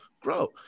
grow